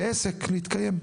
כעסק להתקיים.